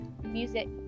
music